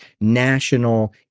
national